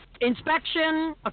Inspection